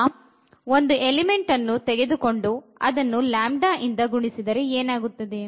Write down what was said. ಈಗ ಒಂದು ಎಲಿಮೆಂಟ್ ಅನ್ನುತೆಗೆದುಕೊಂಡು ಅದನ್ನು λ ಇಂದ ಗುಣಿಸಿದರೆ ಏನಾಗುತ್ತದೆ